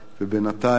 ובינתיים,